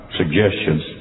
suggestions